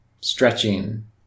stretching